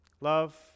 love